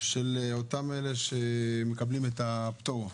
של אותם אלה שמקבלים את הפטור.